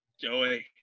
Joey